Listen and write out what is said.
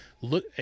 look